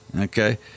okay